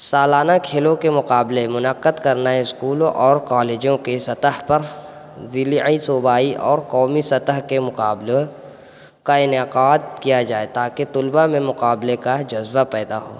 سالانہ کھیلوں کے مقابلے منعقد کرنا اسکولوں اور کالجوں کے سطح پر ضلعی صوبائی اور قومی سطح کے مقابلوں کا انعقاد کیا جائے تاکہ طلباء میں مقابلے کا جذبہ پیدا ہو